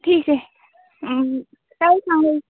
ठीक आहे काय सांगू